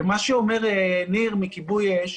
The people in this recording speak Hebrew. מה שאומר תומר מכיבוי אש,